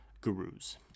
gurus